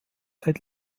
seit